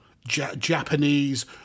Japanese